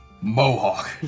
Mohawk